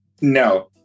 No